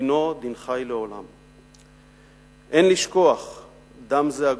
דינו דין-חי-לעולם./ אין לשכוח דם-זה-הגוף.